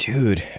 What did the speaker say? Dude